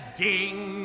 ding